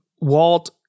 Walt